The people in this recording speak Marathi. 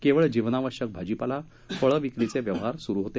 केवळ जीवनावश्यक भाजीपाला फळे विक्रीचे व्यवहार सुरू होते